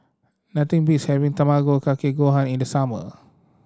nothing beats having Tamago Kake Gohan in the summer